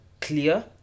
clear